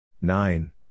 nine